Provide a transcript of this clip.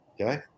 Okay